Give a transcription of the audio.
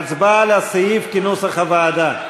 ההצבעה על הסעיף כנוסח הוועדה.